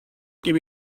give